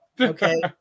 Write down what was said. Okay